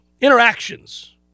interactions